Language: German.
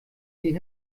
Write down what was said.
sie